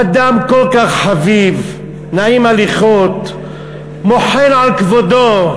אדם כל כך חביב, נעים הליכות, מוחל על כבודו.